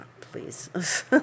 please